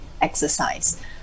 exercise